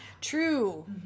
True